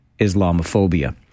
Islamophobia